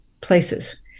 places